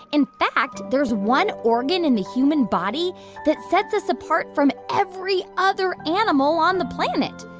in fact, there's one organ in the human body that sets us apart from every other animal on the planet.